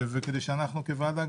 כדי שאנחנו כוועדה,